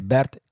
Bert